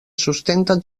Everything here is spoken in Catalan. sustenten